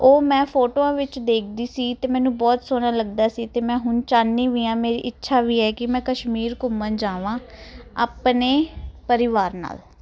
ਉਹ ਮੈਂ ਫੋਟੋਆਂ ਵਿੱਚ ਦੇਖਦੀ ਸੀ ਤੇ ਮੈਨੂੰ ਬਹੁਤ ਸੋਹਣਾ ਲੱਗਦਾ ਸੀ ਤੇ ਮੈਂ ਹੁਣ ਚਾਹੁੰਦੀ ਵੀ ਆ ਮੇਰੀ ਇੱਛਾ ਵੀ ਹੈ ਕਿ ਮੈਂ ਕਸ਼ਮੀਰ ਘੁੰਮਣ ਜਾਵਾਂ ਆਪਣੇ ਪਰਿਵਾਰ ਨਾਲ